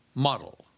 model